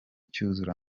cyuzura